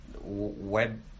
web